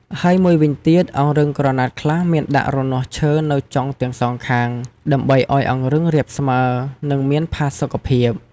ហើយមួយវិញទៀត អង្រឹងក្រណាត់ខ្លះមានដាក់រនាស់ឈើនៅចុងទាំងសងខាងដើម្បីឲ្យអង្រឹងរាបស្មើ និងមានផាសុកភាព។